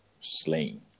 slain